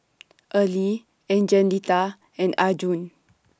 Early Angelita and Arjun